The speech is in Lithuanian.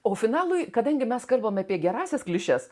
o finalui kadangi mes kalbam apie gerąsias klišes